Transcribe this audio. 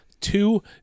two